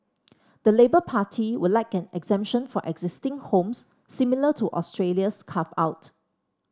the Labour Party would like an exemption for existing homes similar to Australia's carve out